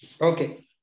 Okay